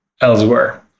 elsewhere